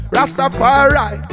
Rastafari